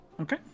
Okay